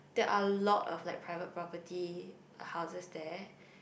that are lot of like private property houses there